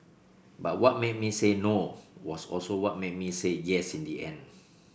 but what made me say no was also what made me say yes in the end